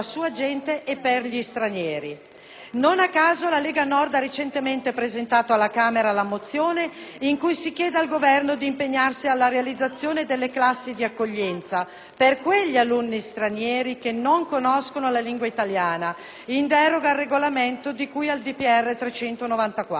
Non a caso la Lega Nord ha recentemente presentato alla Camera la mozione in cui si chiede al Governo di impegnarsi alla realizzazione delle classi di accoglienza per quegli alunni stranieri che non conoscono la lingua italiana, in deroga al Regolamento di cui al decreto del Presidente della